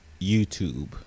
YouTube